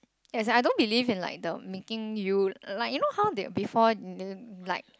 as in I don't believe in like the making you li~ like you know how they before they they like